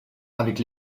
avec